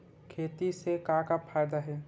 खेती से का का फ़ायदा हे?